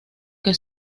que